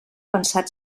pensat